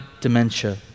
dementia